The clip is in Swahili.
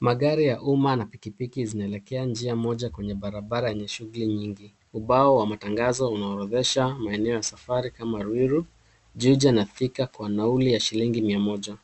Magari ya umma na pikipiki zinaelekea njia moja kwenye barabara enye shuguli nyingi. Ubao wa matangazo unaorodhesha maeneo ya safari kama Ruiru, Juja na Thika na nauli ya shilingi mia moja.